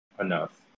enough